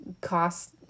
cost